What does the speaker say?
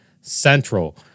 Central